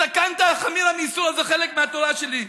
סכנתא חמירא מאיסורא זה חלק מהתורה שלי.